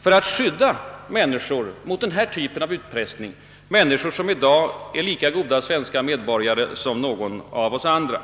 för att skydda människor mot denna sorts utpressning — människor som i dag är lika goda svenska medborgare som någon av oss andra.